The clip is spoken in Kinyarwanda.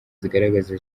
zigaragaza